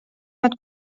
nad